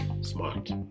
smart